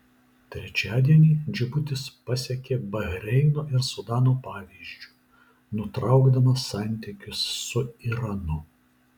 trečiadienį džibutis pasekė bahreino ir sudano pavyzdžiu nutraukdamas santykius su iranu